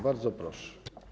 Bardzo proszę.